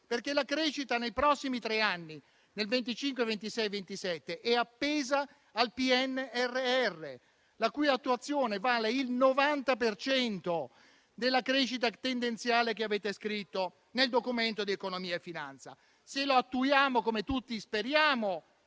perché la crescita nei prossimi tre anni, nel 2025, 2026 e 2027, è appesa al PNRR, la cui attuazione vale il 90 per cento della crescita tendenziale che avete scritto nel Documento di economia e finanza. Se lo attuiamo - come tutti speriamo